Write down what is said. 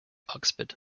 oxford